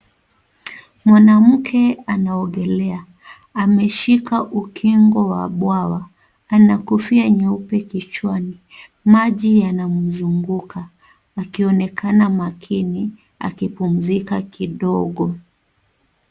Mwanamke anaogelea, ameshika ukingo wa bwawa ana kofia nyeupe kichwani. Maji yanamzunguka akionekana makini akipumzika kidogo.